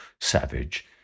savage